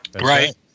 Right